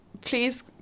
please